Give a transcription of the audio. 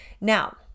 Now